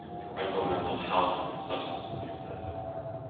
parental mental health and substance abuse difficulties.